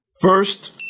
First